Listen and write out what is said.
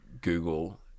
Google